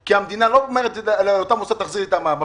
כי המדינה לא אומרת לאותו מוסד תחזיר לי את המע"מ.